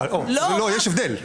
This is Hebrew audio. יש הבדל.